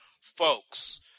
Folks